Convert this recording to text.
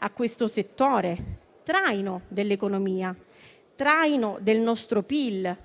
A questo settore, traino dell'economia, traino del nostro PIL